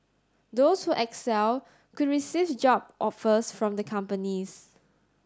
those who excel could receive job offers from the companies